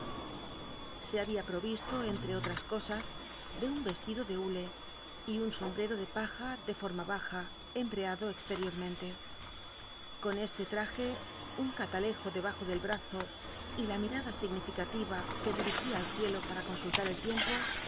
se babia provisto entre olms cosas de un yestido de hule y un sombrero de paja de forma baja embreado extc iomente con este taje un catalejo debajo del brazo y la mi ada significativa que dirigía al ciclo para consultar el tiempo